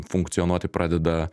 funkcionuoti pradeda